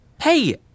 Hey